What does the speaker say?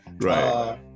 Right